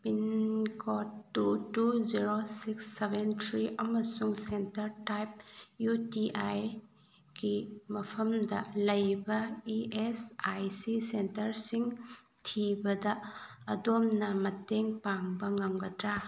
pin code two two zero six seven three ꯑꯃꯁꯨꯡ centre type U T I ꯀꯤ ꯃꯐꯝꯗ ꯂꯩꯕ E S I C ꯁꯦꯟꯇꯔꯁꯤꯡ ꯊꯤꯕꯗ ꯑꯗꯣꯝꯅ ꯃꯇꯦꯡ ꯄꯥꯡꯕ ꯉꯝꯒꯗ꯭ꯔꯥ